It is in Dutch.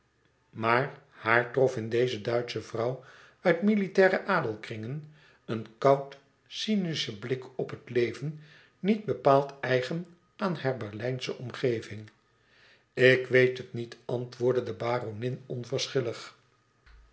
maar haar trof in deze duitsche vrouw uit militaire adelkringen een koud cynischen blik op het leven niet bepaald eigen aan hare berlijnsche omgeving ik weet het niet antwoordde de baronin